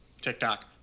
TikTok